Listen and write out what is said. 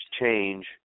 change